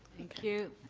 thank you.